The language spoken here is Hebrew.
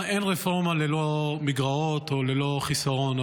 אין רפורמה ללא מגרעות או ללא חיסרון,